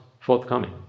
forthcoming